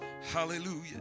Hallelujah